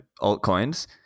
altcoins